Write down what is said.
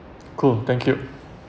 cool thank you